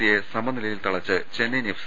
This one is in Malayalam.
സിയെ സമനിലയിൽ തളച്ച് ചെന്നൈയിൻ എഫ്